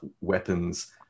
weapons